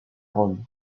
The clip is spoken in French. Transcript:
rome